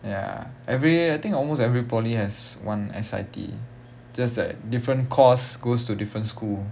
ya every I think almost poly has one S_I_T just like different course goes to different school